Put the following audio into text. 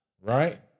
Right